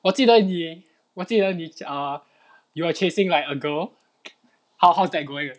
我记得你我记得你 err you are chasing like a girl how how's that going